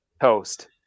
toast